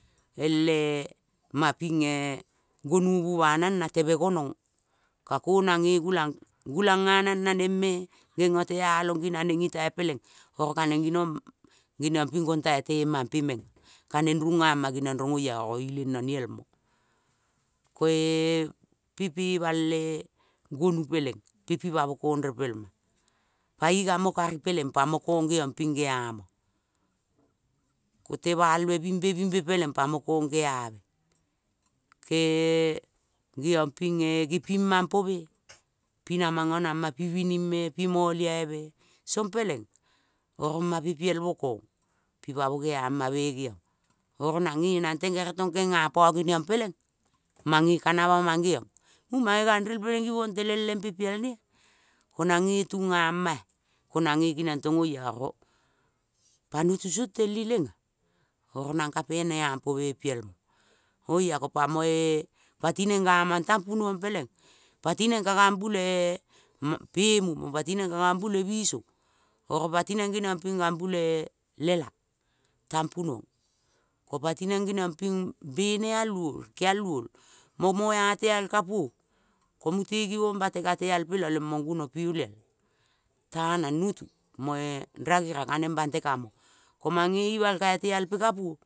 Elemaping e gonubu ba nang natebe konong. Kako nang nge gulang, gulang nga nang nanengme, npe ngotealong nginaneng itai peleng orokeineng ginong genioping gonglai temampe mengea. Ka neng rungama geniong rong oiao ileng no niel mo. Ko pepemale gonu peleng pepi pa mokong repelma. Pa igo mo kan peleng pamo kong gea mo ko lemalbe bimbbimbe peleng pamo kong gea be. Tee giong ping gempima mpo mee pi na mongo nama pibiningme, pimolioime song peleng kongma peleng pielmo kong. Pi pamo geama me geiong. Oronange nangleng tong kenia mpo teng keniong peleng mange ka nama mangeiong. Ituo mange gangniel koing mange mangibong telenglempe piel nea ko nange tungamatu, ko nage keniong tong oya oro pa nutu song tel ilengea oro nangka peneampo meng pielmo. Oya ko pamoe pati neng nga mang tang punuong peleng pati neng ka gambulee mpemu mo pati neng ka gambu lee biso oro pati neng geniongping gambulee iela tampunuong. Ko patineng genong ping beneal luoi keal luoi, mo moa teal kapuo mute gibong bate ka teal mpe lo leniong guno pi olial tanang nutu moea rgira ka neng bante ka mo. Kmamnge ima kai teal pe kapuo